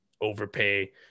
overpay